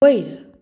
वयर